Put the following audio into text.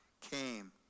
came